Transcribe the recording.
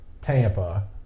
Tampa